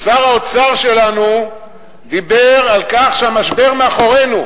שר האוצר שלנו דיבר על כך שהמשבר מאחורינו.